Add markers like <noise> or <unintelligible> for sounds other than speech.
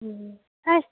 <unintelligible>